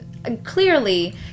Clearly